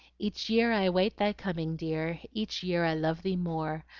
each year i wait thy coming, dear, each year i love thee more,